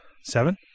Seven